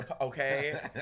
Okay